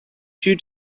due